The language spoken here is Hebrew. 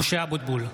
משה אבוטבול,